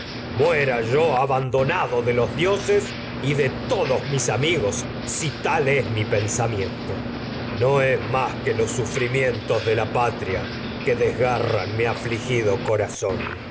muera abandonado de los dioses de to dos mis amigos si fral es mi pensamiento no es máp que la los sufrimientos de patria que desgarran mi afligido edipo rey corazón